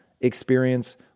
experience